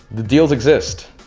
the deals exist.